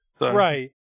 Right